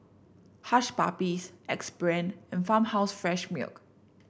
Hush Puppies Axe Brand Farmhouse Fresh Milk